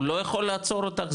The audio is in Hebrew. הוא לא יכול לעצור אותך.